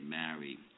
married